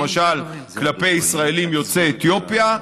למשל כלפי ישראלים יוצאי אתיופיה,